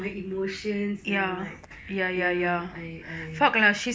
my emotions I'm like ya I I